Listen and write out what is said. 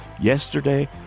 Yesterday